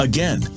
Again